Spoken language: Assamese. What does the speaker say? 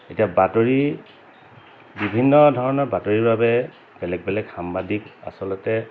এতিয়া বাতৰি বিভিন্ন ধৰণৰ বাতৰিৰ বাবে বেলেগ বেলেগ সাংবাদিক আচলতে